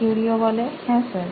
কিউরিও হ্যাঁ স্যার